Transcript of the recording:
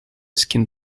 skin